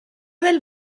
del